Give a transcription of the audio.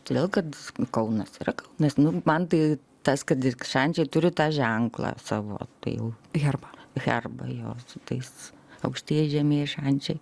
todėl kad kaunas yra nes nu man tai tas kad šančiai turi tą ženklą savo tai jau herbą herbą jo su tais aukštieji žemieji šančiai